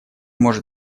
может